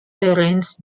terence